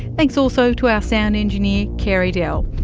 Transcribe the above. thanks also to our sound engineer carey dell.